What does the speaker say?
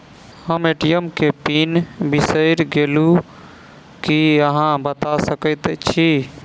हम ए.टी.एम केँ पिन बिसईर गेलू की अहाँ बता सकैत छी?